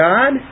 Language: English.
God